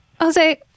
Jose